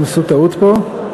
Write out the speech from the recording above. הם עשו טעות פה.